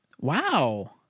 Wow